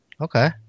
Okay